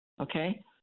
okay